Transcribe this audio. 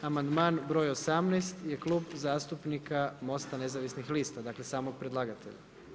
Amandman broj 18 je Klub zastupnika Most-a nezavisnih lista, dakle samog predlagatelja.